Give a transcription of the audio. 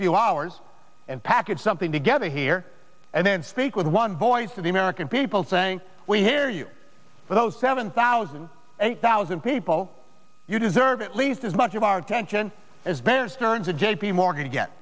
few hours and package something together here and then speak with one voice to the american people saying we hear you for those seven thousand eight thousand people you deserve at least as much of our attention as ben stearns or j p morgan